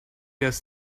does